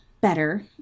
better